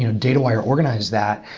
you know datawire organizes that,